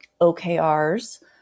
OKRs